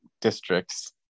districts